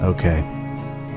Okay